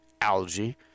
Algae